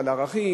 על ערכים,